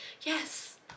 yes